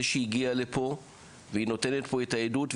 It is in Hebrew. שהיא הגיעה לפה והיא נותנת פה את העדות.